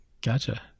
Gotcha